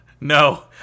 No